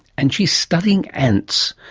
and she's studying ants,